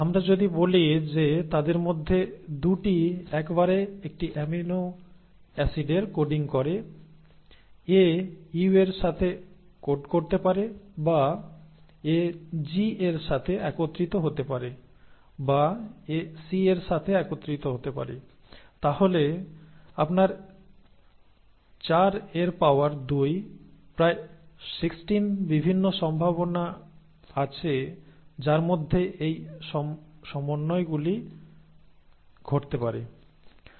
আমরা যদি বলি যে তাদের মধ্যে 2 টি একবারে একটি অ্যামাইনো অ্যাসিডের কোডিং করে A U এর সাথে কোড করতে পারে বা A G এর সাথে একত্রিত হতে পারে বা A C এর সাথে একত্রিত হতে পারে তাহলে আপনার 4 এর পাওয়ার 2 প্রায় 16 বিভিন্ন সম্ভাবনা থাকবে যার মধ্যে এই সমন্বয়গুলি ঘটতে পারে